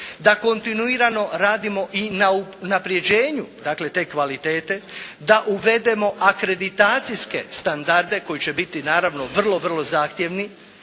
da kontinuirano radimo i na unapređenju dakle te kvalitete, da uvedemo akreditacijske standarde koji će biti naravno vrlo vrlo zahtjevni,